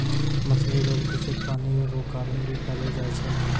मछली रोग दूषित पानी रो कारण भी फैली जाय छै